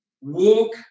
walk